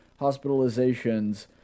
hospitalizations